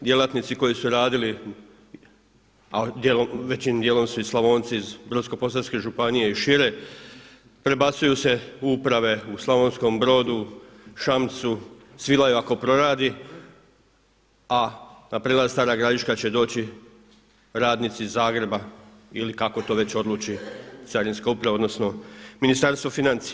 Djelatnici koji su radili, a većim dijelom su Slavonci iz Brodsko-posavske županije i šire, prebacuju se u uprave u Slavonskom Brodu, Šamcu, Svilaju ako proradi, a na prijelaz Stara Gradiška će doći radnici iz Zagreba ili kako to već odluči Carinska uprava odnosno Ministarstvo financija.